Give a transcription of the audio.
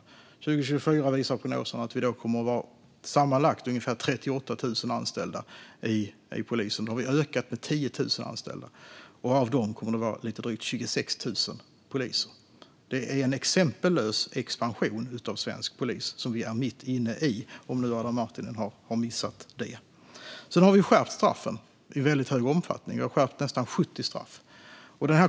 År 2024 kommer det enligt prognoserna att vara sammanlagt ungefär 38 000 anställda i polisen. Det är en ökning med 10 000 anställda, och av de anställda kommer drygt 26 000 att vara poliser. Det är en exempellös expansion av svensk polis som vi är mitt inne i, om nu Adam Marttinen har missat det. Sedan har vi skärpt straffen i väldigt hög omfattning. Vi har skärpt nästan 70 straff.